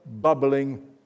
bubbling